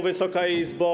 Wysoka Izbo!